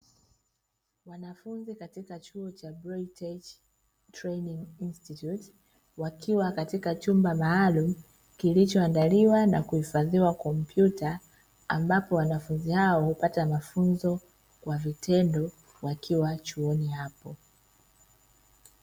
Wanafunzi katika chuo cha "GREY TECH TRAINING INSTITUTE", wakiwa katika chumba maalumu kilichoandaliwa na kuhifadhiwa kompyuta, ambapo wanafunzi hao hupata mafunzo kwa vitendo wakiwa chuoni hapo.